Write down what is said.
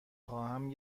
خواهم